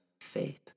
faith